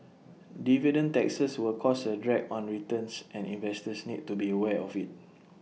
dividend taxes will cause A drag on returns and investors need to be aware of IT